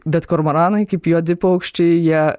bet kormoranai kaip juodi paukščiai jie